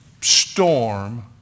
storm